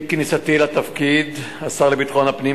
עם כניסתי לתפקיד השר לביטחון הפנים,